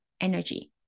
energy